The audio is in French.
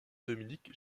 dominique